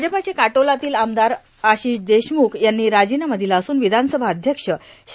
भाजपाचे काटोलातील आमदार आशिष देशमुख यांनी राजीनामा दिला असून विधानसभा अध्यक्ष श्री